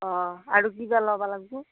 অঁ আৰু কিবা লবা লাগিব